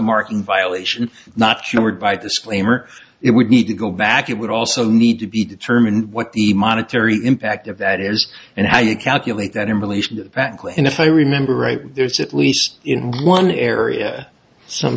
marking violation not by this claim or it would need to go back it would also need to be determined what the monetary impact of that is and how you calculate that in relation to that and if i remember right there's at least in one area some